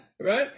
Right